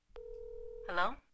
Hello